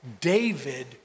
David